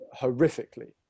horrifically